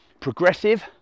Progressive